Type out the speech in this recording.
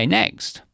next